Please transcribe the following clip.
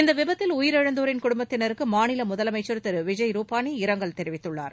இந்த விபத்தில் உயிரிழந்தோரின் குடும்பத்தினருக்கு மாநில முதலமைச்சர் திரு விஜய் ரூபானி இரங்கல் தெரிவித்துள்ளார்